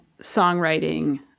songwriting